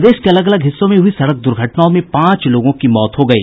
प्रदेश के अलग अलग हिस्सों में हुयी सड़क दुर्घटनाओं में पांच लोगों की मौत हो गयी